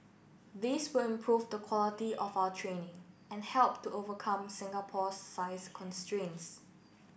this will improve the quality of our training and help to overcome Singapore's size constraints